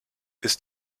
ist